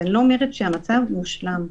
אני לא אומרת שהמצב מושלם.